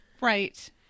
Right